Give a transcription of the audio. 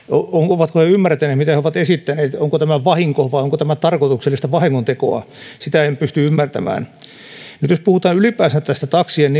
ovatko he ymmärtäneet mitä he ovat esittäneet onko tämä vahinko vai onko tämä tarkoituksellista vahingontekoa sitä en pysty ymmärtämään nyt jos puhutaan ylipäänsä tästä taksien